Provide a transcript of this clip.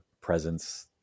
presence